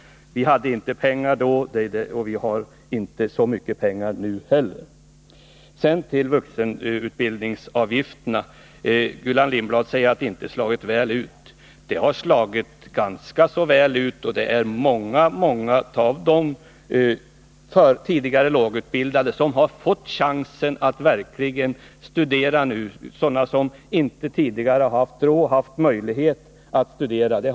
Då hade vi inte pengar, och vi har inte så mycket pengar nu heller. Sedan till vuxenutbildningsavgifterna. Gullan Lindblad säger att de inte har slagit väl ut. De har slagit ganska väl ut, och många av de tidigare lågutbildade har nu fått chansen att verkligen studera, många som inte tidigare haft råd och möjlighet att studera.